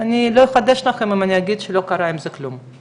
אני לא אחדש לכם אם אני אגיד שלא קרה עם זה כלום.